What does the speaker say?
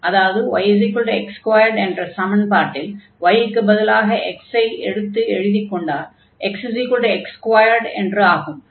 அதாவது yx2 என்ற சமன்பாட்டில் y க்குப் பதிலாக x ஐ எடுத்து எழுதிக்கொண்டால் xx2 என்று ஆகும்